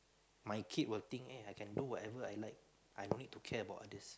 my kid will think eh I can do whatever I like I don't need to care about others